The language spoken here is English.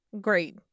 great